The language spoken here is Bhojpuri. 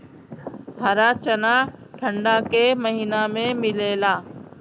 हरा चना ठंडा के महिना में मिलेला